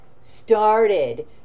started